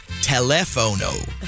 telefono